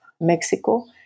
Mexico